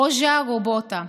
רוז'ה רובוטה.